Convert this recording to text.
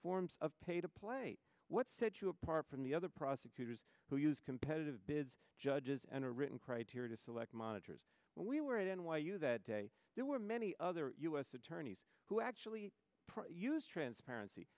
forms of pay to play what set you apart from the other prosecutors who use competitive bids judges and a written criteria to select monitors but we were at n y u that day there were many other u s attorneys who actually use transparency